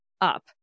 up